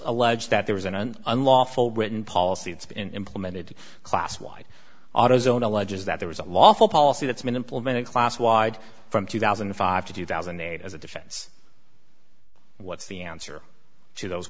allege that there was an unlawful written policy that's been implemented class wide autozone alleges that there was a lawful policy that's been implemented class wide from two thousand and five to two thousand and eight as a defense what's the answer to those